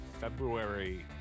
February